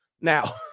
now